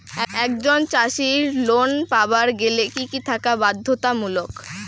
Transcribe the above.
একজন চাষীর লোন পাবার গেলে কি কি থাকা বাধ্যতামূলক?